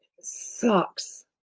sucks